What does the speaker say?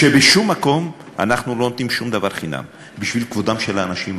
שבשום מקום אנחנו לא נותנים שום דבר חינם בשביל כבודם של האנשים האלה.